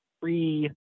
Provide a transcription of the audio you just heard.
free